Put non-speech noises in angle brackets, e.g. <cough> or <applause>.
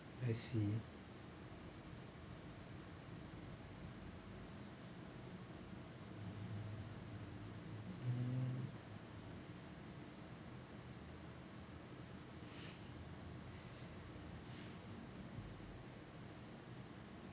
I see <laughs>